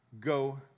go